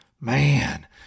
Man